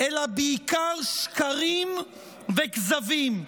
אלא בעיקר שקרים וכזבים.